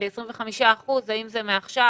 האם זה מעכשיו,